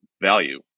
value